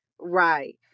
Right